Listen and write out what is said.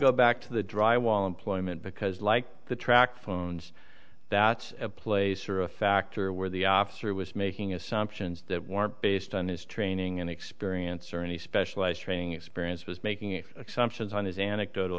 go back to the dry wall employment because like the track phones that place are a factor where the officer was making assumptions that weren't based on his training and experience or any specialized training experience was making assumptions on his anecdotal